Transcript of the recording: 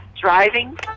driving